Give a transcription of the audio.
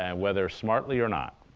and whether smartly or not.